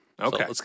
Okay